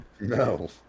no